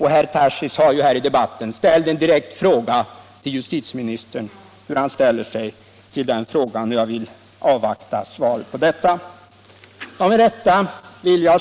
Herr Tarschys har här i debatten riktat en direkt fråga till justitieministern om hur han ställer sig i detta sammanhang, och jag vill avvakta svaret på den.